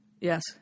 Yes